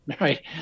right